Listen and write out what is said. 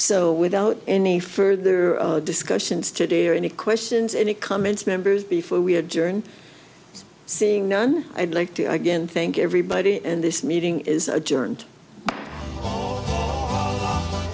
so without any further discussions today or any questions any comments members before we had during seeing none i'd like to again thank everybody and this meeting is